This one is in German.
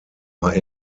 war